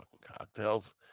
cocktails